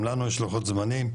גם לנו יש לוחות זמנים,